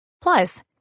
Plus